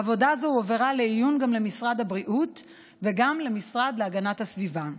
עבודה זו הועברה לעיון גם למשרד הבריאות וגם למשרד להגנת הסביבה.